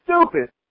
stupid